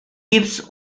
gives